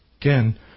Again